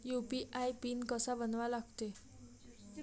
UPI pin कसा बनवा लागते?